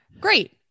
Great